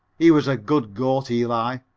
he was a good goat, eli.